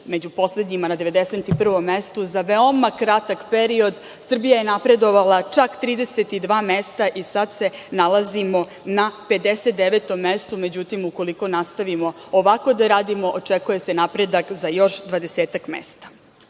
među poslednjima, na 91. mestu. Za veoma kratak period Srbija je napredovala čak 32 mesta i sad se nalazimo na 59. mestu. Međutim, ukoliko nastavimo ovako da radimo, očekuje se napredak za još 20-ak mesta. Sve